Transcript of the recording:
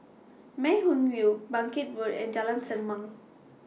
Mei Hwan View Bangkit Road and Jalan Selimang